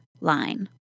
line